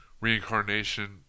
reincarnation